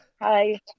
Hi